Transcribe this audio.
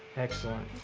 excellent,